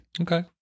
Okay